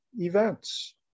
events